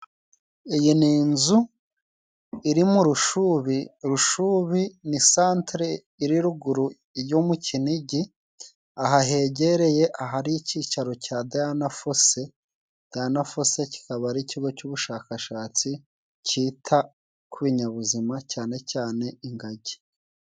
Iyi ni inzu iri mu Rushubi, Rushubi ni centre iri ruguru yo mu Kinigi, aha hegereye ahari icyicaro cya Dayana Fose, Dayana Fose kikaba ari ikigo cy'ubushakashatsi cyita ku binyabuzima cyane cyane ingagi.